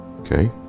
Okay